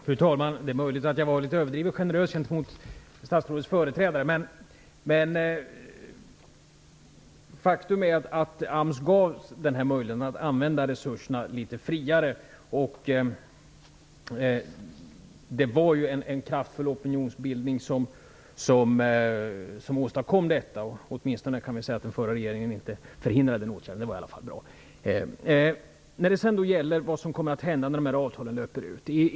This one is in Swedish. Fru talman! Det är möjligt att jag var litet överdrivet generös gentemot statsrådets företrädare, men faktum är att AMS gavs möjligheten att använda resurserna litet friare. Det var en kraftfull opinionsbildning som åstadkom detta. Vi kan åtminstone säga att den förra regeringen inte förhindrade åtgärden. Det var i alla fall bra. Jag frågade vad som kommer att hända när avtalen löper ut.